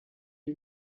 you